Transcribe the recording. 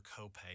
copay